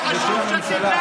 בשם הממשלה,